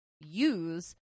use